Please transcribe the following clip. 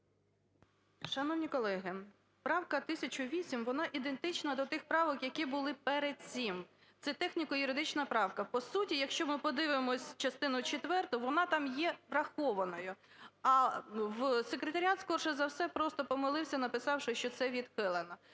Шановні колеги, правка 1008, вона ідентична до тих правок, які були перед цим. Це техніко-юридична правка. По суті, якщо ми подивимось частину четверту, вона там є врахованою, а секретаріат, скоріше за все, просто помилився, що це відхилена.